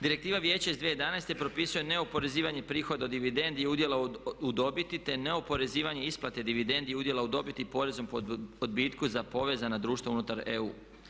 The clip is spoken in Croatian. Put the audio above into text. Direktiva Vijeća iz 2011. propisuje neoporezivanje prihoda od dividendi i udjela u dobiti, te neoporezivanje isplate dividendi i udjela u dobiti porezom po odbitku za povezana društva unutar EU.